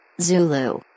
Zulu